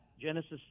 Genesis